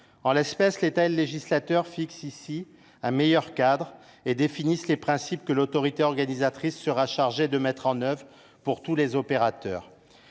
En l’espèce, l’État et le législateur fixent ici un meilleur cadre et définissent les principes que l’autorité organisatrice serait chargée de mettre en œuvre pour tous les opérateurs.